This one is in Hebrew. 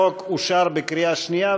החוק אושר בקריאה שנייה,